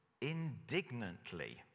indignantly